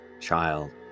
child